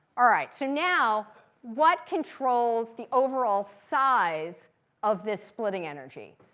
all right, so now what controls the overall size of this splitting energy?